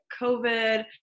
COVID